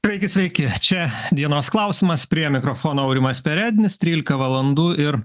sveiki sveiki čia dienos klausimas prie mikrofono aurimas perednis trylika valandų ir